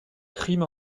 crime